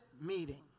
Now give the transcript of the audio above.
meeting